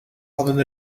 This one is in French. ordonne